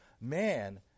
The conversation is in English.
Man